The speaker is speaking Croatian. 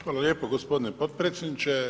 Hvala lijepo gospodine potpredsjedniče.